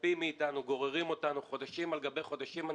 מצפים מאתנו, גוררים אותנו חודשים על גבי חודשים.